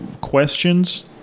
questions